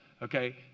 okay